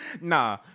Nah